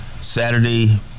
Saturday